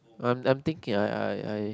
I'm I'm thinking I I